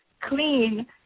clean